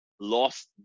lost